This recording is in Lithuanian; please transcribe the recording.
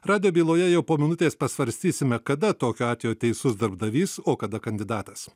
radijo byloje jau po minutės pasvarstysime kada tokiu atveju teisus darbdavys o kada kandidatas